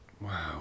Wow